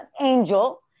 angel